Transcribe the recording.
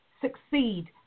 succeed